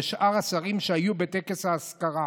וגם שאר השרים שהיו בטקס האזכרה.